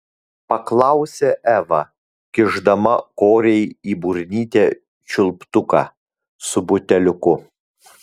paklausė eva kišdama korei į burnytę čiulptuką su buteliuku